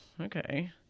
okay